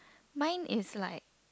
mine is like